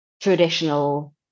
traditional